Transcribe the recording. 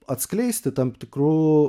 atskleisti tam tikru